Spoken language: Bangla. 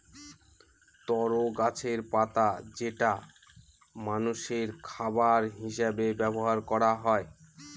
তরো গাছের পাতা যেটা মানষের খাবার হিসেবে ব্যবহার করা হয়